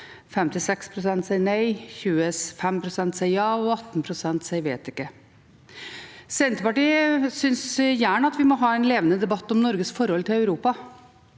56 pst. sier nei, 25 pst. sier ja, og 18 pst. sier vet ikke. Senterpartiet synes at vi gjerne må ha en levende debatt om Norges forhold til Europa.